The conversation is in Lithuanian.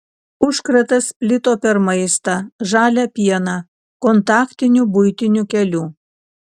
užkratas plito per maistą žalią pieną kontaktiniu buitiniu keliu